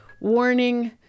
warning